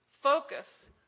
focus